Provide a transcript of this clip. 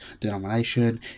denomination